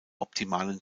optimalen